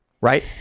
right